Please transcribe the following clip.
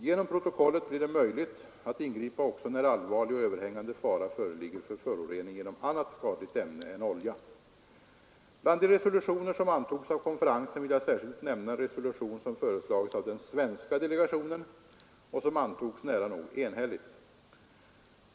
Genom protokollet blir det möjligt att ingripa också när allvarlig och överhängande fara föreligger för förorening genom annat skadligt ämne än olja. Bland de resolutioner som antogs av konferensen vill jag särskilt nämna en resolution som föreslagits av den svenska delegationen och som antogs nära nog enhälligt.